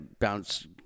bounce